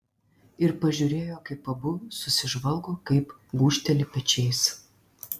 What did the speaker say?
ir pažiūrėjo kaip abu susižvalgo kaip gūžteli pečiais